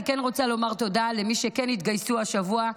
אני כן רוצה לומר תודה למי שכן התגייסו השבוע,